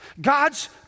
God's